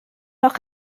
noch